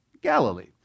Galilee